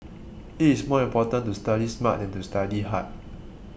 it is more important to study smart than to study hard